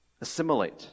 Assimilate